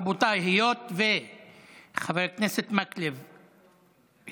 רבותיי, היות שחבר הכנסת מקלב הסיר,